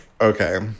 okay